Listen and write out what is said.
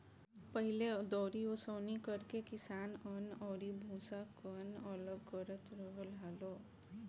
पहिले दउरी ओसौनि करके किसान अन्न अउरी भूसा, कन्न अलग करत रहल हालो